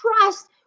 trust